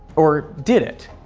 or did it?